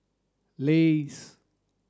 Lays